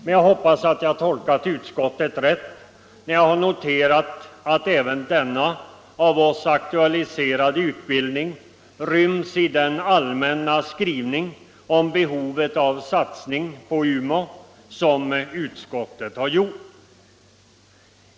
Men jag hoppas att jag tolkat utskottet rätt när jag har noterat att även denna av oss aktualiserade utbildning ryms i den allmänna skrivning om behovet av satsning på Umeå som utskottet har gjort.